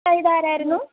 ആ ഇതാരായിരുന്നു